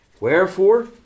Wherefore